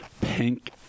pink